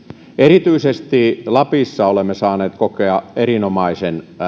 erityisesti lapissa olemme saaneet kokea erinomaisen